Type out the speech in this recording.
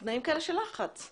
לצערי הרב אני נאלץ להגיד את זה.